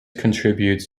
contributes